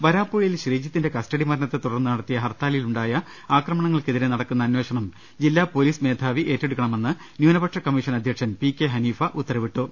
വരാപ്പുഴയിൽ ശ്രീജിത്തിന്റെ കസ്റ്റഡി മരണത്തെ തുടർന്ന് നട ത്തിയ ഹർത്താലിൽ ഉണ്ടായ ആക്രമണങ്ങൾക്കെതിരെ നടക്കുന്ന അന്വേഷണം ജില്ലാ പൊലീസ് മേധാവി ഏറ്റെടുക്കണമെന്ന് ന്യൂന പക്ഷ കമ്മീഷൻ അധ്യക്ഷൻ പി കെ ഹനീഫ ഉത്തരവിട്ടു